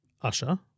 Usher